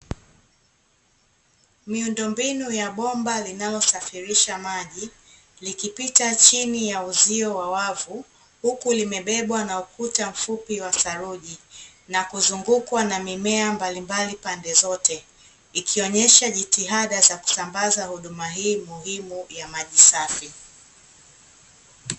Miundombinu ya bomba linalo safirisha maji, likipita chini ya uzio wa wavu huku limebebwa na ukuta mfupi wa saruji, na kuzungukwa na mimea mbalimbali pande zote, ikionyesha jitihada za kusambaza huduma hii muhimu ya maji safi.